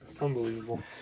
unbelievable